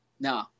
no